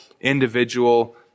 individual